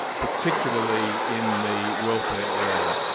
particularly in the welfare area.